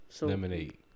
Lemonade